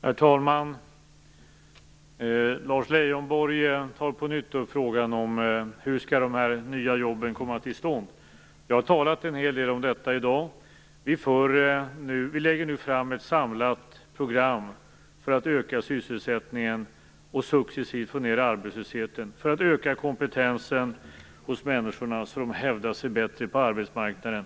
Herr talman! Lars Leijonborg tar på nytt upp frågan om hur de nya jobben skall komma till stånd. Jag har talat en hel del om detta i dag - regeringen lägger nu fram ett samlat program för att öka sysselsättningen och successivt få ned arbetslösheten och för att öka kompetensen hos människorna så att de hävdar sig bättre på arbetsmarknaden.